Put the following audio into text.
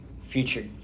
Future